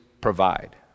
provide